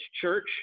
Church